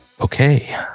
okay